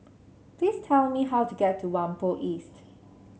please tell me how to get to Whampoa East